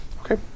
Okay